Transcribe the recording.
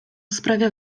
sprawia